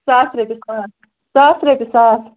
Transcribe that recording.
ساس رۄپیہِ ساس ساس رۄپیہِ ساس